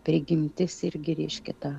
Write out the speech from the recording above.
prigimtis irgi reiškia tą